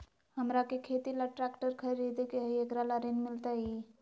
हमरा के खेती ला ट्रैक्टर खरीदे के हई, एकरा ला ऋण मिलतई?